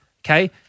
okay